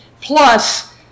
Plus